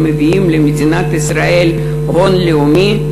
הם מביאים למדינת ישראל הון לאומי,